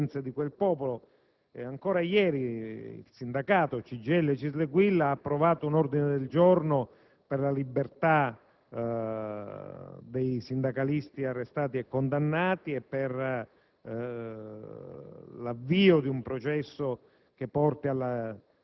di quel Paese, le sofferenze di quel popolo. Proprio ieri i sindacati CGIL, CISL e UIL hanno approvato un ordine del giorno per la libertà dei sindacalisti arrestati e condannati e per